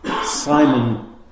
Simon